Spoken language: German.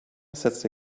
setzte